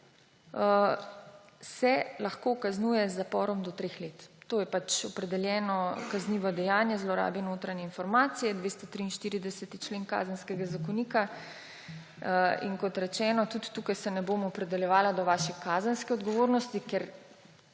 »se lahko kaznuje z zaporom do treh let.« To je opredeljeno kaznivo dejanje zlorabe notranje informacije, 238. člen Kazenskega zakonika. Kot rečeno, tudi tukaj se ne bom opredeljevala do vaše kazenske odgovornosti, ker